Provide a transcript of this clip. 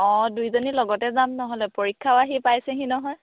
অঁ দুইজনী লগতে যাম নহ'লে পৰীক্ষাও আহি পাইছেহি নহয়